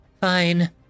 Fine